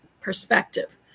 perspective